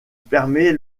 permet